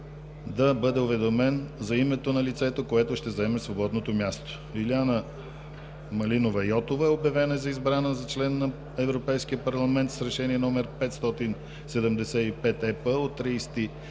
да бъде уведомен за името на лицето, което ще заеме свободното място. Илияна Малинова Йотова е обявена за избрана за член на Европейския парламент с Решение № 575 ЕП от 30